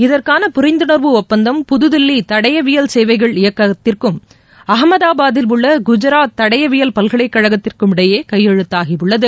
இதற்கான புரிந்துணர்வு ஒப்பந்தம் புதுதில்லி தடயவியல் சேவைகள் இயக்ககத்திற்கும் அகமதாபாதில் உள்ள குஜராத் தடயவியல் பல்கலைக்கழகத்திற்கும் இடையே கையெழுத்தாகி உள்ளது